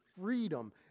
freedom